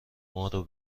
مارو